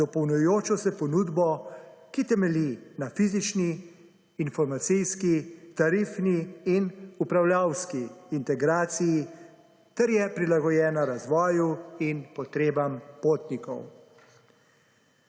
dopolnjujočo se ponudbo, ki temelji na fizični, informacijski, tarifni in upravljavski integraciji, ter je prilagojena razvoju in potrebam potnikom.